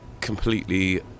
completely